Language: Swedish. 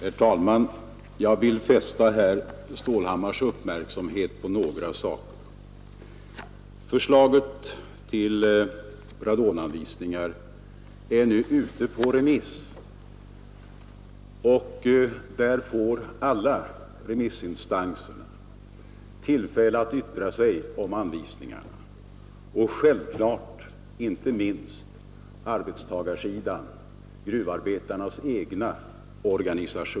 Herr talman! Jag vill fästa herr Stålhammars uppmärksamhet på några saker. Förslaget till radonanvisningar är nu ute på remiss, och alla remissinstanser — och inte minst arbetstagarsidan, gruvarbetarnas egna organisationer — får tillfälle att yttra sig om anvisningarna.